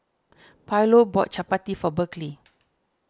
Paulo bought Chappati for Berkley